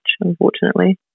unfortunately